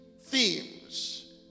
themes